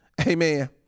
Amen